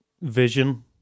vision